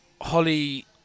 Holly